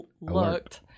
looked